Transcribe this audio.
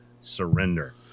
surrender